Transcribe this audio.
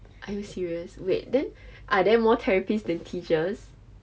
are you serious wait then are there more therapists the teachers